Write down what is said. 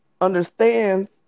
understands